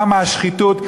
כמה שחיתות.